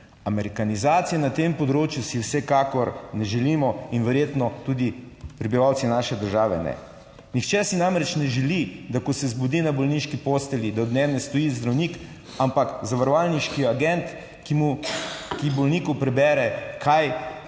Amerikanizacije na tem področju si vsekakor ne želimo in verjetno tudi prebivalci naše države ne. Nihče si namreč ne želi, da ko se zbudi na bolniški postelji, da od nje ne stoji zdravnik, ampak zavarovalniški agent, ki bolniku prebere kaj